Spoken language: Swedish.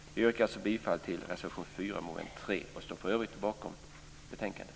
Vi yrkar alltså bifall till reservation 4 under mom. 3 och står för övrigt bakom hemställan i betänkandet.